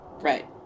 Right